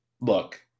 look